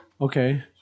Okay